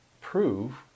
prove